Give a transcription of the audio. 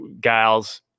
gals